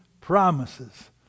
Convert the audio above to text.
promises